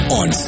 on